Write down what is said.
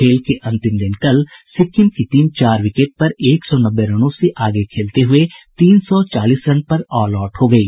खेल के अंतिम दिन कल सिक्किम की टीम चार विकेट पर एक सौ नब्बे रनों से आगे खेलते हुये तीन सौ चालीस रन पर ऑल आउट हो गयी